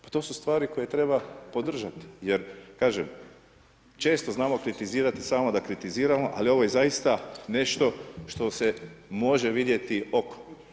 Pa to su stvari koje treba podržati jer kažem često znamo kritizirati samo da kritiziramo, ali ovo je zaista nešto što se može vidjeti okom.